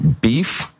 beef